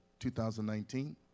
2019